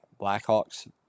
Blackhawks